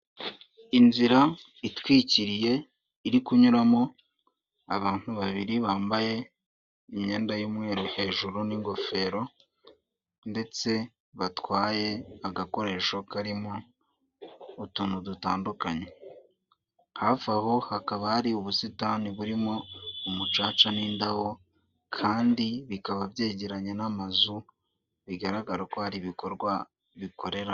Inzira itwikiriye iri kunyuramo abantu babiri bambaye imyenda y'umweru hejuru n'ingofero ndetse batwaye agakoresho karimo utuntu dutandukanye. Hafi aho hakaba hari ubusitani burimo umucaca n'indabo kandi bikaba byegeranye n'amazu bigaragara ko hari ibikorwa bikorera.